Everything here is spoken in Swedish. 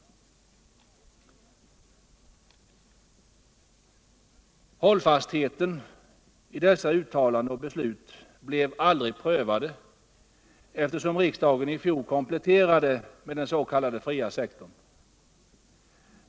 Hållfastheten i dessa uttalanden och beslut blev aldrig prövade eftersom riksdagen i fjol kompletterade med den s.k. fria sektorn.